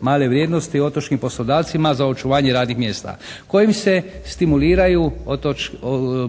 male vrijednosti otočnim poslodavcima za očuvanje radnih mjesta kojim se stimuliraju